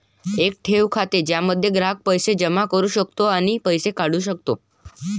एक ठेव खाते ज्यामध्ये ग्राहक पैसे जमा करू शकतो आणि पैसे काढू शकतो